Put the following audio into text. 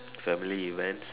family events